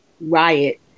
riot